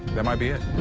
that might be it.